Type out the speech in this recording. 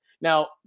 Now